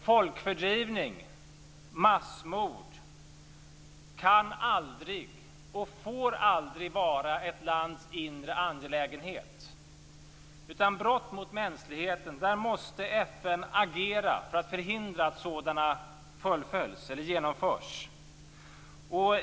Folkfördrivning och massmord kan och får aldrig vara ett lands inre angelägenhet, utan FN måste agera för att förhindra att brott mot mänskligheten begås.